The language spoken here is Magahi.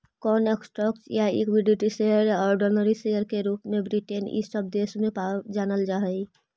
कौन स्टॉक्स के इक्विटी शेयर या ऑर्डिनरी शेयर के रूप में ब्रिटेन इ सब देश में जानल जा हई